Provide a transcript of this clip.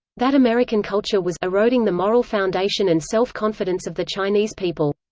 that american culture was eroding the moral foundation and self-confidence of the chinese people.